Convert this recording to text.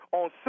on